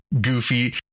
goofy